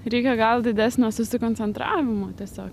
reikia gal didesnio susikoncentravimo tiesiog